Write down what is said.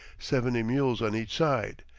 seventy mules on each side,